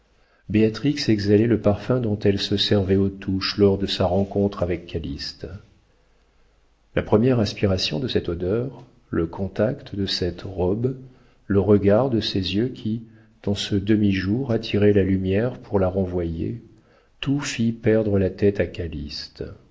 exhalait le parfum dont elle se servait aux touches lors de sa rencontre avec calyste la première aspiration de cette odeur le contact de cette robe le regard de ces yeux qui dans ce demi-jour attiraient la lumière pour la renvoyer tout fit perdre la tête à